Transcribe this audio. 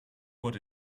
what